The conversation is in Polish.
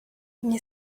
nie